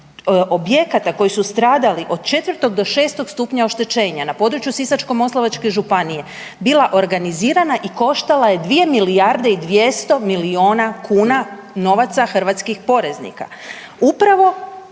objekata koji su stradali od 4 do 6 stupnja oštećenja na području Sisačko-moslavačke županije bila organizirana i koštala je 2 milijarde i 200 miliona kuna novaca hrvatskih poreznika. Upravo